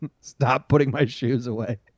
stop-putting-my-shoes-away